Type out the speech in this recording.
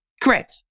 Correct